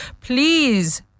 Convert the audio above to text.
Please